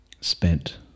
spent